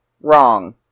wrong